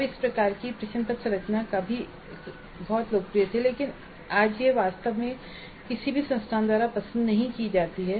अब इस प्रकार की प्रश्नपत्र संरचना कभी बहुत लोकप्रिय थी लेकिन आज यह वास्तव में किसी भी संस्थान द्वारा पसंद नहीं की जाती है